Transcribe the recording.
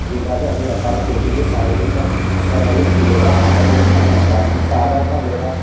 క్రీడలు అన్ని రకాల పోటీలు శారీరక శ్రమలు లేదా ఆటలు అని అంటాము సాధారణ లేదా